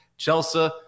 Chelsea